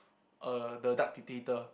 uh the Dark Dictator